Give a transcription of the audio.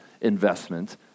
investment